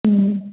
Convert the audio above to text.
ம்